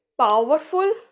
Powerful